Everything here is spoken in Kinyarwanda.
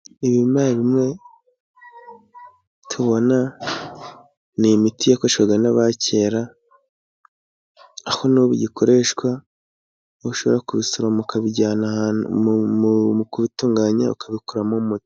Ibimera bimwe tubona ni imiti yakoreshwaga n'abakera, aho nubu igikoreshwa ushobora kubisoroma ukabijyana kubitunganya ukabikuramo umuti.